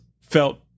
felt